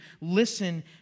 listen